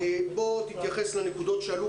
תתייחס לנקודות שעלו.